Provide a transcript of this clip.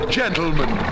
gentlemen